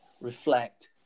reflect